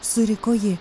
suriko ji